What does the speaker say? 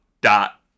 dot